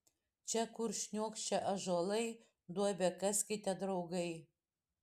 čia kur šniokščia ąžuolai duobę kaskite draugai